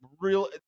real